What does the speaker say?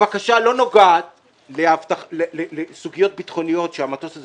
הבקשה לא נוגעת לסוגיות ביטחוניות שהמטוס הזה